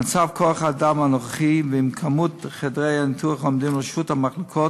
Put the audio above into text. במצב כוח-האדם הנוכחי ועם כמות חדרי הניתוח העומדים לרשות המחלקות,